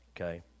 Okay